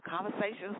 conversations